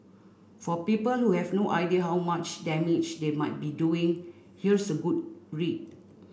for people who have no idea how much damage they might be doing here's a good read